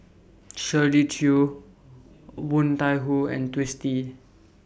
Shirley Chew Woon Tai Ho and Twisstii